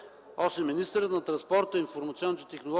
към министъра на транспорта, информационните технологии